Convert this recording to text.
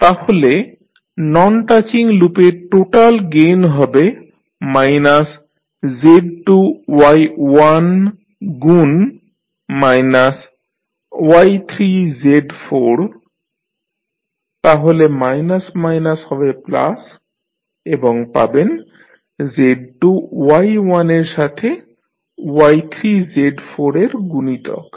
তাহলে non touching লুপের total gain হবে মাইনাস Z2 Y1 গুন মাইনাস Y3 Z4 তাহলে মাইনাস মাইনাস হবে প্লাস এবং পাবেন Z2 Y1 এর সাথে Y3 Z4 এর গুণিতক